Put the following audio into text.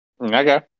Okay